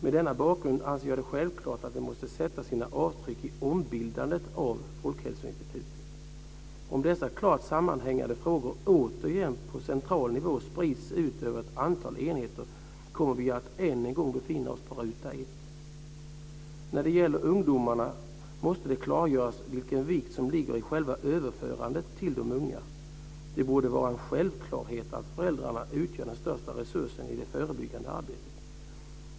Mot denna bakgrund anser jag det självklart att detta måste sätta sina avtryck i ombildandet av Folkhälsoinstitutet. Om dessa klart sammanhängande frågor återigen på central nivå sprids ut över ett antal enheter kommer vi än en gång att befinna oss på ruta ett. När det gäller ungdomarna måste det klargöras vilken vikt som ligger i själva överförandet till de unga. Det borde vara en självklarhet att föräldrarna utgör den största resursen i det förebyggande arbetet.